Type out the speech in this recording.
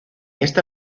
esta